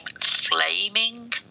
flaming